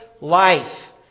life